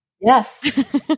Yes